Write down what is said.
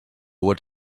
what